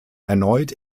erneut